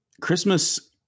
Christmas